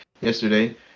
yesterday